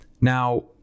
Now